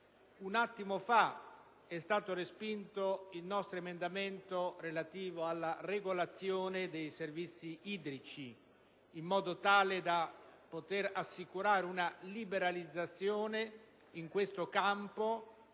Un attimo fa è stato respinto il nostro emendamento relativo alla regolazione dei servizi idrici che avrebbe assicurato una liberalizzazione in questo campo,